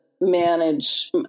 manage